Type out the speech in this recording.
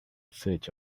search